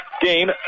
game